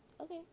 Okay